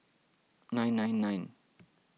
nine nine nine